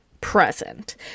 present